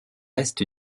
est